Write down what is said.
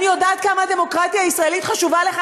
אני יודעת כמה הדמוקרטיה הישראלית חשובה לך,